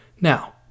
Now